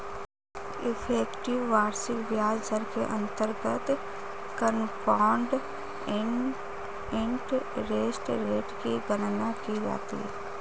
effective वार्षिक ब्याज दर के अंतर्गत कंपाउंड इंटरेस्ट रेट की गणना की जाती है